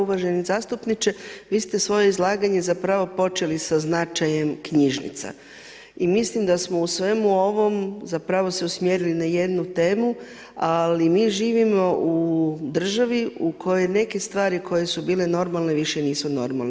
Uvaženi zastupniče Vi ste svoje izlaganje zapravo počeli sa značajem knjižnica i mislim da smo u svemu ovom zapravo se usmjerili na jednu temu ali mi živimo u državi u kojoj neke stvari koje su bile normalne više nisu normalne.